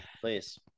please